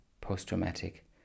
post-traumatic